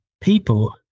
people